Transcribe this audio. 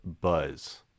buzz